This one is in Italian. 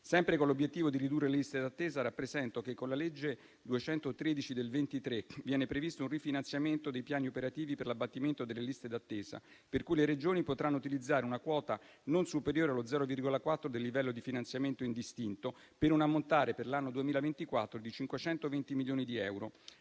Sempre con l'obiettivo di ridurre le liste d'attesa, rappresento che, con la legge n. 213 del 2023, viene previsto un rifinanziamento dei piani operativi per l'abbattimento delle liste d'attesa, per cui le Regioni potranno utilizzare una quota non superiore allo 0,4 per cento del livello di finanziamento indistinto, per un ammontare, per l'anno 2024, di 520 milioni di euro.